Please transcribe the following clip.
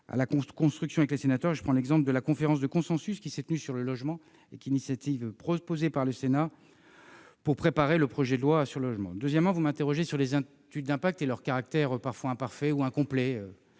à la construction avec les sénateurs. Je pense, par exemple, à la conférence de consensus qui s'est tenue sur le logement, initiative proposée par le Sénat pour préparer le projet de loi sur le logement. Deuxièmement, vous m'interrogez sur les études d'impact et leur caractère parfois imparfait, incomplet